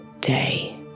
day